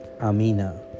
Amina